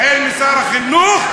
החל בשר החינוך,